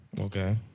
Okay